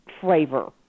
flavor